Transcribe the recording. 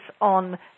on